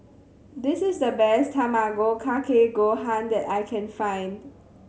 this is the best Tamago Kake Gohan that I can find